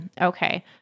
Okay